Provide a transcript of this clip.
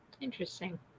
Interesting